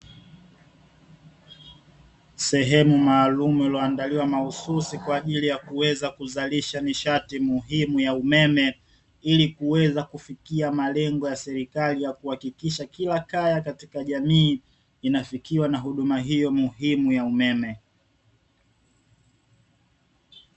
Sehemu maalumu iliyoandaliwa mahususi kwa ajili ya kuweza kuzalisha nishati muhimu ya umeme, ili kuweza kufikia malengo ya serikali ya kuhakikisha kila kaya katika jamii inafikiwa na huduma hiyo muhimu ya umeme.